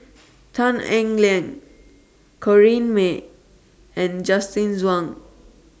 Tan Eng Liang Corrinne May and Justin Zhuang